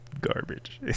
garbage